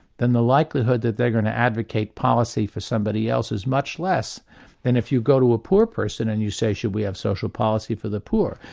then the likelihood that they're going to advocate policy for somebody else is much less than if you go to a poor person and you say should we have social policy for the poor?